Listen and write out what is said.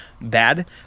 bad